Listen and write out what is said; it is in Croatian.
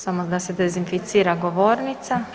Samo da se dezinficira govornica,